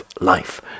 Life